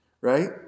right